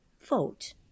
vote